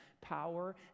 power